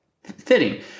fitting